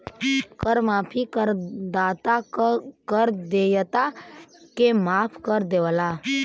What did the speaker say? कर माफी करदाता क कर देयता के माफ कर देवला